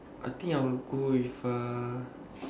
I think I will go with uh